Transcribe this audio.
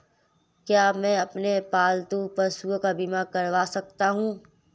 क्या मैं अपने पालतू पशुओं का बीमा करवा सकता हूं?